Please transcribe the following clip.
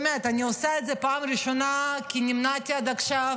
באמת אני עושה את זה פעם ראשונה כי נמנעתי עד עכשיו,